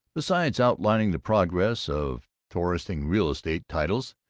besides outlining the progress of torrensing real estate titles,